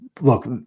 look